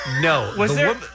No